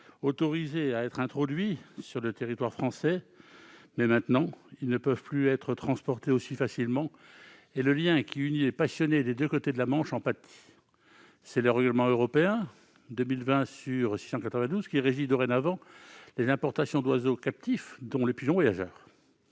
autorisation d'introduction sur le territoire français. Dorénavant, ils ne peuvent plus être transportés aussi facilement et le lien qui unit les passionnés des deux côtés de la Manche en pâtit. C'est le règlement européen 2020/692 qui régit dorénavant les importations d'oiseaux captifs, dont les pigeons voyageurs.